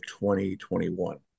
2021